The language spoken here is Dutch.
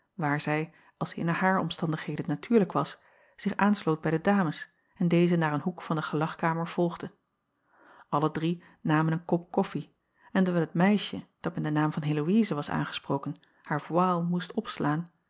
waar zij als in haar omstandigheden natuurlijk was zich aansloot bij de dames en deze naar een hoek van de gelagkamer volgde lle drie namen een kop koffie en dewijl het meisje dat met den naam van eloïze was aangesproken haar voile moest opslaan